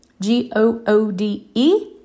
G-O-O-D-E